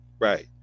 Right